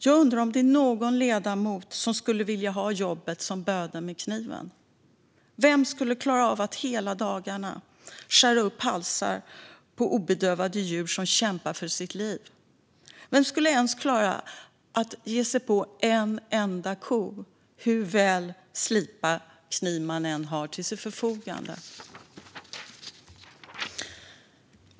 Jag undrar om någon ledamot skulle vilja ha jobbet som bödeln med kniven. Vem skulle klara av att hela dagarna skära upp halsar på obedövade djur som kämpar för sina liv? Vem skulle ens klara att ge sig på en enda ko, hur väl slipad kniv man än har till sitt förfogande?